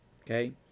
Okay